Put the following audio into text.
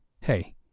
Hey